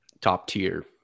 top-tier